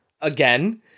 again